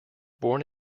born